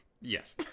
Yes